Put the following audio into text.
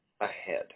ahead